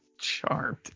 Charmed